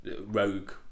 rogue